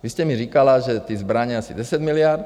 Vy jste mi říkala, že ty zbraně asi 10 miliard.